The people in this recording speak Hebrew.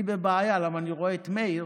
אני בבעיה, כי אני רואה את מאיר,